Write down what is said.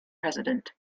president